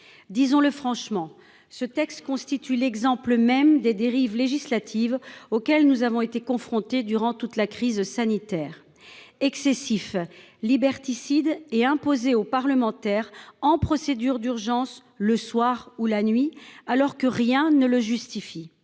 Disons le franchement, ce texte constitue l’exemple même des dérives législatives auxquelles nous avons été confrontés tout au long de la crise sanitaire : excessif, liberticide et imposé aux parlementaires en procédure d’urgence le soir ou la nuit, alors que rien ne le justifie.